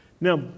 Now